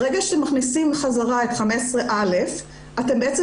ברגע שמכניסים חזרה את 15(א) אתם בעצם